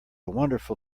wonderful